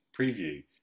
preview